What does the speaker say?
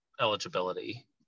eligibility